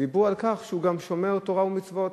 דיברו על כך שהוא שומר תורה ומצוות,